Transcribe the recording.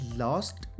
last